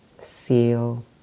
Seal